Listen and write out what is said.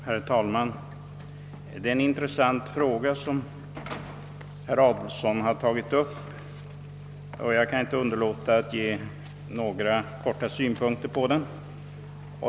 Herr talman! Den fråga som herr Adolfsson tagit upp är mycket intressant, och jag kan inte underlåta att ge några synpunkter på den.